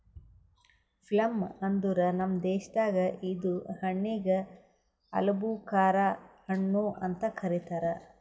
plum ಅಂದುರ್ ನಮ್ ದೇಶದಾಗ್ ಇದು ಹಣ್ಣಿಗ್ ಆಲೂಬುಕರಾ ಹಣ್ಣು ಅಂತ್ ಕರಿತಾರ್